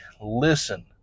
listen